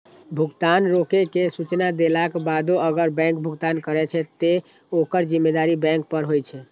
भुगतान रोकै के सूचना देलाक बादो अगर बैंक भुगतान करै छै, ते ओकर जिम्मेदारी बैंक पर होइ छै